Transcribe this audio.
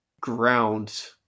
ground